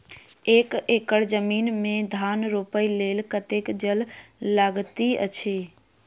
एक एकड़ जमीन मे धान रोपय लेल कतेक जल लागति अछि?